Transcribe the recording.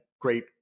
great